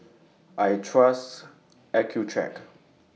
I Trust Accucheck